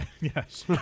Yes